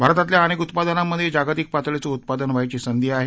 भारतातल्या अनेक उत्पादनांमधे जागतिक पातळीचं उत्पादन व्हायची संधी आहे